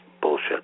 bullshit